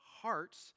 hearts